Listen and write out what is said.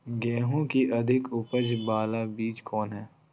गेंहू की अधिक उपज बाला बीज कौन हैं?